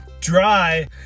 dry